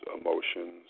emotions